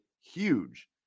huge